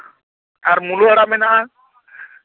ᱟᱨ ᱢᱩᱞᱟᱹ ᱟᱲᱟᱜ ᱢᱮᱱᱟᱜᱼᱟ